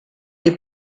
les